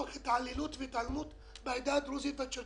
תוך התעללות והתעלמות מן העדה הדרוזית והצ'רקסית.